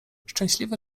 szczęśliwy